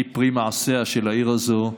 אני פרי מעשיה של העיר הזאת.